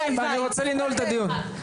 אני רוצה לנעול את הדיון.